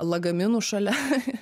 lagaminų šalia